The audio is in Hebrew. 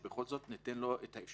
שבכל זאת ניתן לו אפשרות,